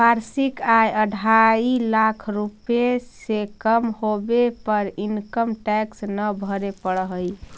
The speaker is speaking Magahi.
वार्षिक आय अढ़ाई लाख रुपए से कम होवे पर इनकम टैक्स न भरे पड़ऽ हई